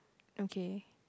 okay